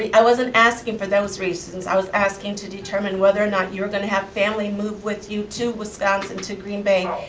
i wasn't asking for those reasons. i was asking to determine whether or not you are guna have family move with you to wisconsin, to green bay,